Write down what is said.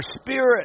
spirit